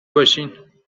باشین